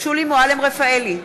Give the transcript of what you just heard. שולי מועלם-רפאלי,